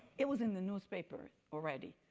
it was in the newspaper already.